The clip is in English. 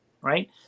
right